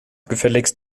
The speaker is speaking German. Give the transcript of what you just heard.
gefälligst